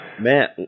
Man